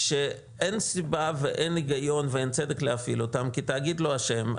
שאין סיבה ואין היגיון ואין צוות להפעיל אותם כי התאגיד לא אשם,